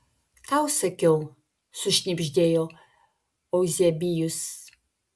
tau sakiau sušnibždėjo euzebijus